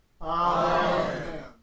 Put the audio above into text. Amen